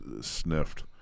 sniffed